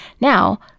Now